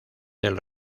del